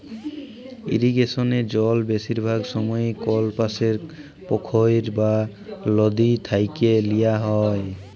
ইরিগেসলে জল বেশিরভাগ সময়ই কল পাশের পখ্ইর বা লদী থ্যাইকে লিয়া হ্যয়